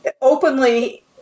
openly